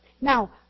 Now